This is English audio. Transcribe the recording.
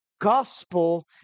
gospel